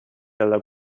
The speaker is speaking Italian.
della